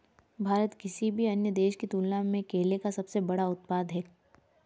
भारत किसी भी अन्य देश की तुलना में केले का सबसे बड़ा उत्पादक है